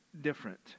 different